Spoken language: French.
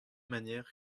manière